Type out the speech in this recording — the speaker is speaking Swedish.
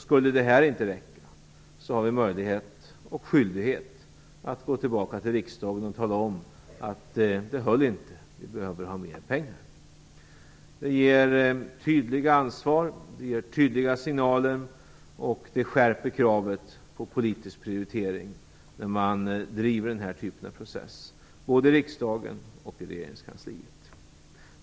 Skulle detta inte räcka har vi möjlighet, och även skyldighet, att gå tillbaka till riksdagen och tala om att det inte höll, att vi behöver mera pengar. Det ger ett tydligt ansvar och en tydlig signal, och det skärper kravet på en politisk prioritering när man driver den här typen av process - både i riksdagen och i regeringskansliet.